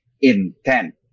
intent